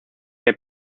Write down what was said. que